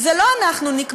את זה לא אנחנו נקבע,